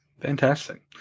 Fantastic